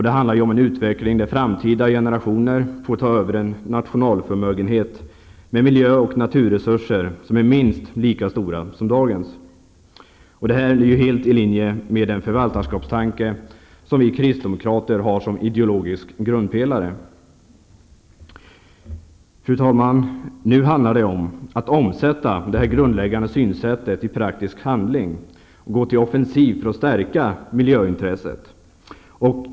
Det handlar om en utveckling där framtida generationer får ta över en nationalförmögenhet med miljö och naturresurser som är minst lika stora som dagens. Detta är helt i linje med den förvaltarskapstanke som vi kristdemokrater har som ideologisk grundpelare. Fru talman! Nu handlar det om att omsätta det grundläggande synsättet i praktisk handling och gå till offensiv för att stärka miljöintresset.